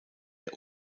der